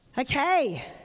Okay